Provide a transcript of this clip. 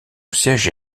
siège